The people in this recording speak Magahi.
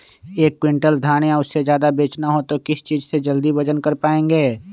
एक क्विंटल धान या उससे ज्यादा बेचना हो तो किस चीज से जल्दी वजन कर पायेंगे?